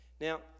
Now